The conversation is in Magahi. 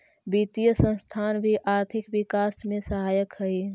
वित्तीय संस्थान भी आर्थिक विकास में सहायक हई